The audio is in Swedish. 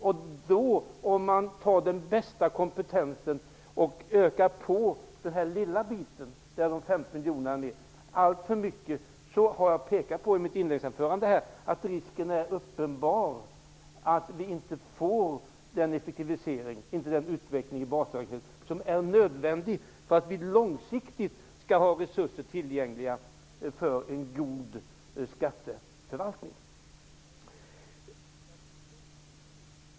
Om man tar den bästa kompetensen och ökar på den lilla biten -- där är de 50 miljonerna med -- alltför mycket, är risken uppenbar att vi inte får den effektivisering och utveckling av basverksamheten som är nödvändig för att vi långsiktigt skall ha resurser tillgängliga för en god skatteförvaltning.